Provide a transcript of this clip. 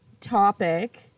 topic